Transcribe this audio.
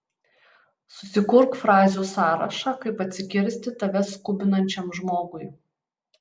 susikurk frazių sąrašą kaip atsikirsti tave skubinančiam žmogui